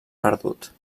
perdut